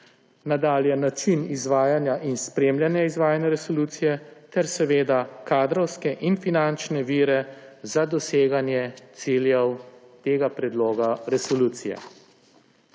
nadalje način izvajanja in spremljanja izvajanja resolucije ter kadrovske in finančne vire za doseganje ciljev tega predloga resolucije.